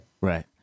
Right